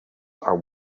are